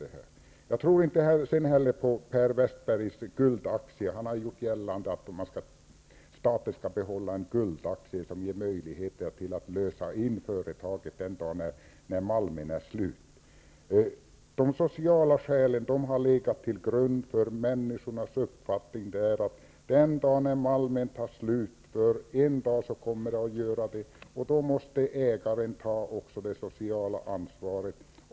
Vidare vill jag säga att jag inte tror på Per Westerbergs guldaktie. Han har ju gjort gällande att staten skall behålla en guldaktie som ger möjlighet till inlösen av företaget den dagen då malmen är slut. De sociala skälen har legat till grund för människornas uppfattning att ägaren den dagen då malmen tar slut -- förr eller senare blir det så -- måste ta också det sociala ansvaret.